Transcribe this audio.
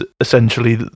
essentially